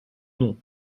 non